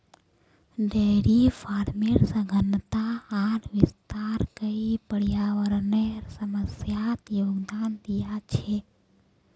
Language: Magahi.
डेयरी फार्मेर सघनता आर विस्तार कई पर्यावरनेर समस्यात योगदान दिया छे